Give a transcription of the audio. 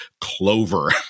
Clover